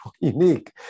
unique